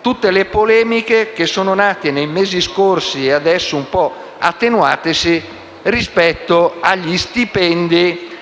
tutte le polemiche nate nei mesi scorsi, e adesso un po' attenuatesi, rispetto agli stipendi